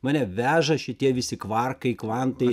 mane veža šitie visi kvarkai kvantai